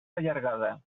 allargada